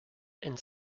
and